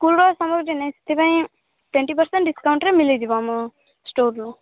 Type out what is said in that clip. ସ୍କୁଲ୍ର ସାମଗ୍ରୀ ଜିନିଷ ସେଥିପାଇଁ ଟ୍ୱେଟି ପର୍ସେଣ୍ଟ ଡିସ୍କାଉଣ୍ଟ୍ରେ ମିଳିଯିବ ଆମ ଷ୍ଟୋର୍ରୁ